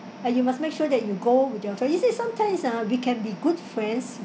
and you must make sure that you go with your friends so you see sometimes ah we can be good friends